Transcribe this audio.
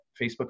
Facebook